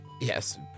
Yes